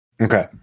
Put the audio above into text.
Okay